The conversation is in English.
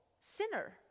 sinner